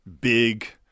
big